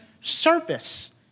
service